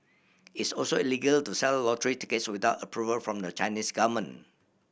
it's also illegal to sell lottery tickets without approval from the Chinese government